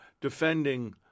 defending